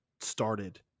started